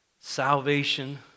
salvation